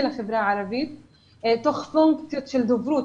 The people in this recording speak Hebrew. לחברה הערבית עם פונקציות של דוברות.